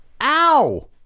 ow